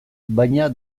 baina